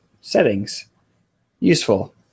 settings—useful